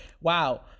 wow